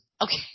Okay